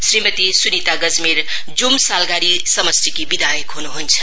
श्रीमती सुनिता गजमेर जूम सालघारी समष्टिकी विधायक हुनुहुन्छ